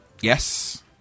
yes